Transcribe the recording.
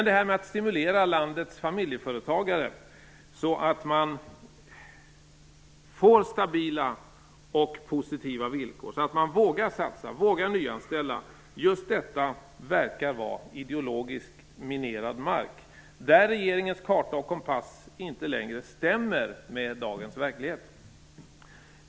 Detta att stimulera landets familjeföretagare så att de får stabila och positiva villkor, vågar satsa och nyanställa, verkar vara ideologiskt minerad mark där regeringens karta och kompass inte längre stämmer med dagens verklighet.